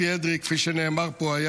כפי שנאמר פה,